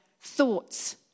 thoughts